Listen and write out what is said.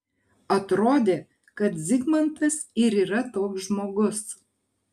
atrodė kad zigmantas ir yra toks žmogus